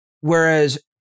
Whereas-